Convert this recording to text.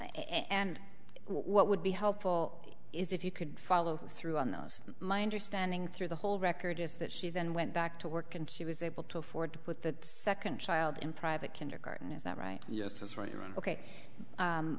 and what would be helpful is if you could follow through on those my understanding through the whole record is that she then went back to work and she was able to afford to put that second child in private kindergarten is that right